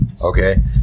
Okay